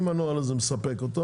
אם הנוהל הזה מספק אותו,